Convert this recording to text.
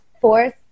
fourth